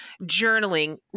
journaling